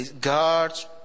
God's